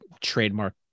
trademark